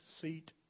seat